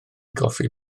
goffi